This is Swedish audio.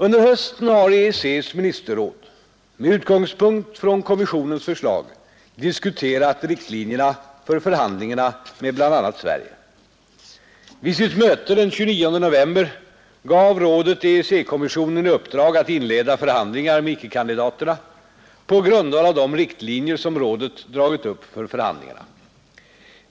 Under hösten har EEC:s ministerråd med utgångspunkt i kommissionens förslag diskuterat riktlinjerna för förhandlingarna med bl.a. Sverige. Vid sitt möte den 29 november gav rådet EEC-kommissionen i uppdrag att inleda förhandlingar med icke-kandidaterna på grundval av de riktlinjer som rådet dragit upp för förhandlingarna.